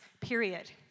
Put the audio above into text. period